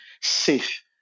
safe